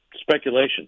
speculation